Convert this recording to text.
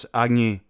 agni